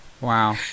Wow